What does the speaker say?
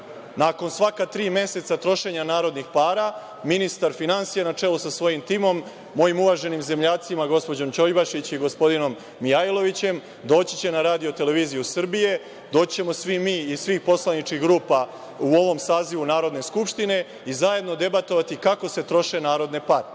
Nakon svaka tri meseca trošenja narodnih para, ministar finansija na čelu sa svojim timom, mojim uvaženim zemljacima gospođom Ćojbašić i gospodinom Mijajlovićem, doći će na RTS, doći ćemo svi mi iz svih poslaničkih grupa u ovom sazivu Narodne skupštine i zajedno debatovati kako se troše narodne pare. Ako